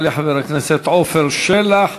יעלה חבר הכנסת עפר שלח,